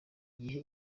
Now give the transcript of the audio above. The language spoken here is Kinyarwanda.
gihe